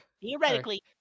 Theoretically